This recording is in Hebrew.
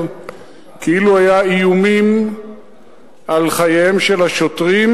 כאילו היו איומים על חייהם של השוטרים,